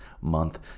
month